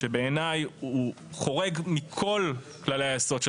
שבעיני הוא חורג מכל כללי היסוד של